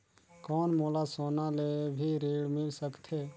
कौन मोला सोना ले भी ऋण मिल सकथे?